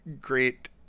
great